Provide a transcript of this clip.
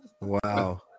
Wow